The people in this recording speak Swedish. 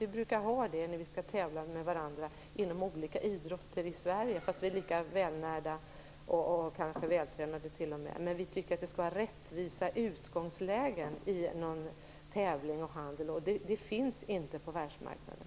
Vi brukar ha det när vi skall tävla mot varandra inom olika idrotter i Sverige trots att vi är lika välnärda och kanske t.o.m. vältränade. Vi tycker att det skall vara rättvisa utgångslägen i tävling och handel, och det finns inte på världsmarknaden.